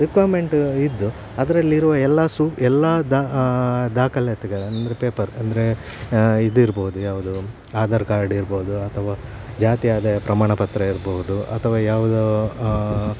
requirement ಇದ್ದು ಅದರಲ್ಲಿರುವ ಎಲ್ಲ ಸು ಎಲ್ಲಾ ದಾಖಲಾತಿಗಳನ್ನು ಪೇಪರ್ ಅಂದರೆ ಇದು ಇರ್ಬೋದು ಯಾವುದು ಆಧಾರ್ ಕಾರ್ಡ್ ಇರ್ಬೋದು ಅಥವಾ ಜಾತಿ ಆದಾಯ ಪ್ರಮಾಣ ಪತ್ರ ಇರ್ಬೋದು ಅಥವಾ ಯಾವುದು